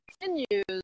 continues